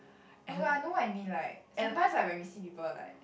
oh I know what you mean like sometimes like when we see people like